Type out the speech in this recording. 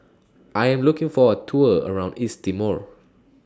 I Am looking For A Tour around East Timor